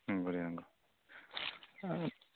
नंगौ दे नंगौ हाब